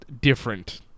different